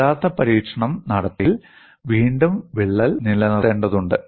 യഥാർത്ഥ പരീക്ഷണം നടത്താൻ നമുക്ക് ഇഷ്ടമുള്ള ഒരു പ്ലൈനിൽ വീണ്ടും വിള്ളൽ നിലനിർത്തേണ്ടതുണ്ട്